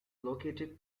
located